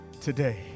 today